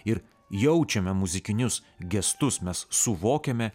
ir jaučiame muzikinius gestus mes suvokiame